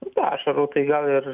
iki ašarų tai gal ir